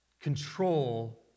control